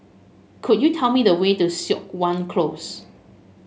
could you tell me the way to Siok Wan Close